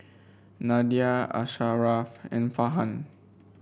Nadia Asharaff and Farhan